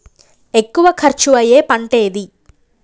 ఎక్కువ ఖర్చు అయ్యే పంటేది?